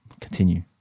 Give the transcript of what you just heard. Continue